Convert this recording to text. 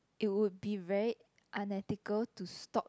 it would be very unethical to stop